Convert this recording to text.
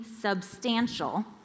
substantial